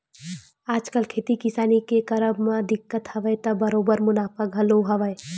आजकल खेती किसानी के करब म दिक्कत हवय त बरोबर मुनाफा घलो हवय